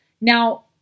Now